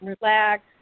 relax